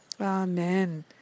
Amen